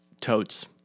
Totes